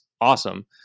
awesome